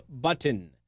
button